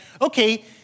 okay